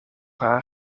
haar